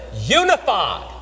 unified